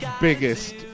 biggest